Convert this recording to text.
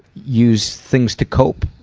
use things to cope?